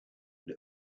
rid